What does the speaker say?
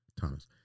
Thomas